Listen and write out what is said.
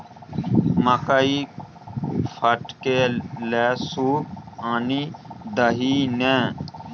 मकई फटकै लए सूप आनि दही ने